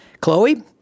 Chloe